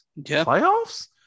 Playoffs